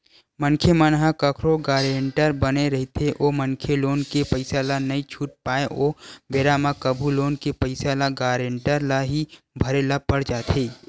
मनखे मन ह कखरो गारेंटर बने रहिथे ओ मनखे लोन के पइसा ल नइ छूट पाय ओ बेरा म कभू लोन के पइसा ल गारेंटर ल ही भरे ल पड़ जाथे